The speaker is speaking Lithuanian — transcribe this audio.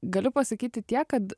galiu pasakyti tiek kad